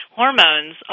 hormones